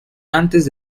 antes